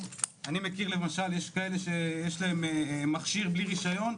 יש כאלה שיש להם מכשיר בלי רישיון,